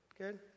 Good